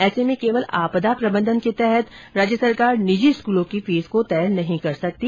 ऐसे में केवल आपदा प्रबंधन के तहत राज्य सरकार निजी स्कूलों की फीस को तय नहीं कर सकती